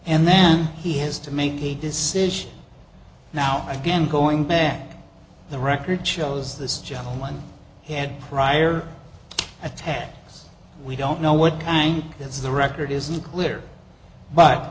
and then he has to make a decision now again going back the record shows this gentleman's had prior attacks we don't know what kind that's the record is unclear but